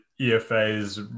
EFA's